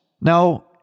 Now